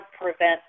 prevent